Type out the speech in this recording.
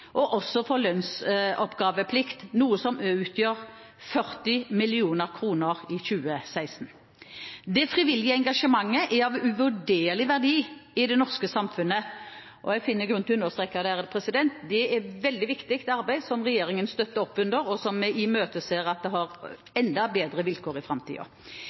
for arbeidsgiveravgift og lønnsoppgaveplikt, noe som utgjør 40 mill. kr for 2016. Det frivillige engasjementet er av uvurderlig verdi i det norske samfunnet – jeg finner grunn til å understreke det. Det er et veldig viktig arbeid, som regjeringen støtter opp under, og som vi imøteser får enda bedre vilkår i